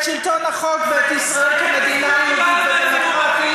את שלטון החוק ואת ישראל כמדינה יהודית ודמוקרטית,